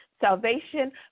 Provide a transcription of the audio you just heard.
Salvation